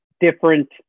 different